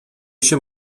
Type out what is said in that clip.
się